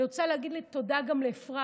אני רוצה להגיד תודה גם לאפרת,